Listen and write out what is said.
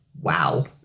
wow